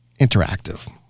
interactive